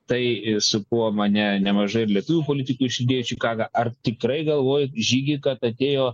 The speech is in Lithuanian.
tai su kuo mane nemažai ir lietuvių politikų išlydėjo įčikagą ar tikrai galvoji žygi kad atėjo